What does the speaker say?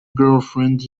girlfriend